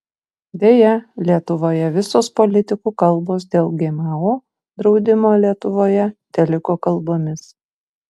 deja lietuvoje visos politikų kalbos dėl gmo draudimo lietuvoje teliko kalbomis